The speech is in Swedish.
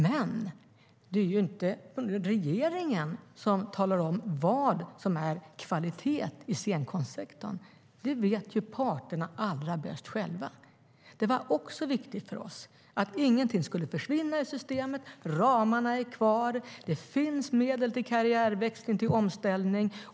Men det är ju inte regeringen som talar om vad som är kvalitet i scenkonstsektorn. Det vet parterna allra bäst själva. Det var också viktigt för oss att ingenting skulle försvinna i systemet. Ramarna är kvar. Det finns medel till karriärväxling och till omställning.